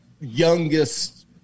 youngest